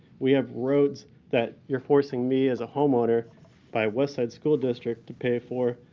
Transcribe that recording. we have roads that you're forcing me as a homeowner by westside school district to pay for,